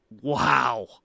Wow